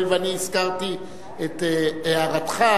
הואיל ואני הזכרתי את הערתך,